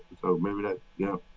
so maybe that you know.